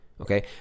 Okay